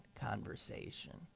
conversation